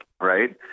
right